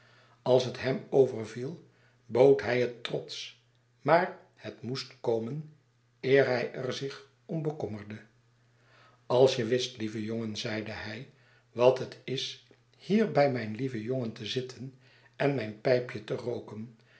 als het hem overviel bood hij het trots maar het moest komen eer hij er zich om bekommerde alsje wist lieve jongen zeide hij wat het is hier bij mijn lieven jongen te zitten en mijn pijpje te rooken